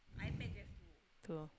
two